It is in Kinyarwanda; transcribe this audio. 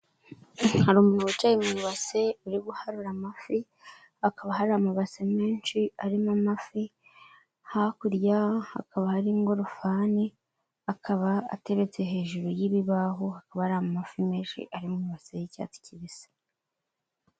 Hari umuntu wicaye mu ibase uri guharura amafi akaba hari amabase menshi arimo amafi hakurya hakaba hari ngorofani akaba ateretse hejuru y'ibibaho, akaba ari amafi menshi ari mu ibase y'icyatsi kibisi.